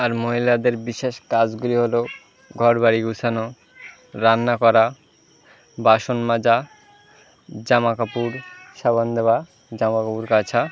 আর মহিলাদের বিশেষ কাজগুলি হলো ঘরবাড়ি গোছানো রান্না করা বাসন মাজা জামা কাপড় সাবান দেওয়া জামা কাপড় কাচা